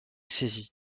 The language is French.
saisie